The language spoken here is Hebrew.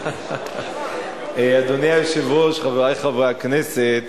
אדוני היושב-ראש, חברי חברי הכנסת,